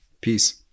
Peace